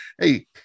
Hey